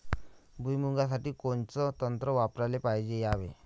भुइमुगा साठी कोनचं तंत्र वापराले पायजे यावे?